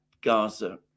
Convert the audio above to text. Gaza